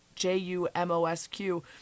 J-U-M-O-S-Q